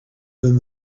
than